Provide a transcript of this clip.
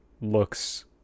looks